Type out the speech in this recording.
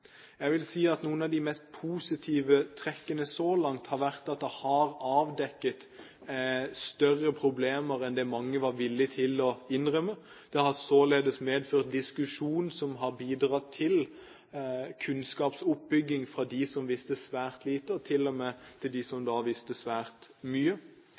Jeg vil si at noen av de mest positive trekkene så langt har vært at den har avdekket større problemer enn det mange var villige til å innrømme. Den har således ført til diskusjoner som har bidratt til kunnskapsoppbygging for dem som visste svært lite, til og med for dem som visste svært mye,